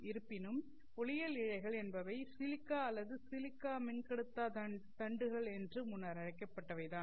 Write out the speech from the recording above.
இருப்பினும் ஒளியியல் இழைகள் என்பவை சிலிக்கா அல்லது சிலிக்கா மின்கடத்தா தண்டுகள் என்று முன்னர் அழைக்கப்பட்டவை தான்